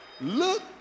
Look